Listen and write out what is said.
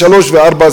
שלוש וארבע,